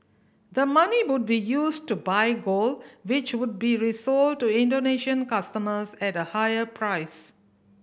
the money would be used to buy gold which would be resold to Indonesian customers at a higher price